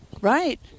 Right